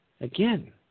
Again